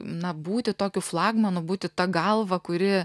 na būti tokiu flagmanu būti ta galva kuri